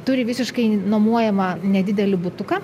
turi visiškai nuomojamą nedidelį butuką